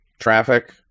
traffic